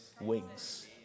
wings